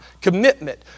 commitment